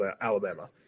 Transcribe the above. Alabama